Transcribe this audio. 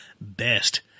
best